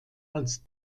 als